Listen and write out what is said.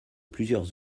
plusieurs